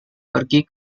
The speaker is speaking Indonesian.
pergi